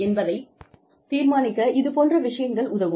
என்பதைத் தீர்மானிக்க இது போன்ற விஷயங்கள் உதவும்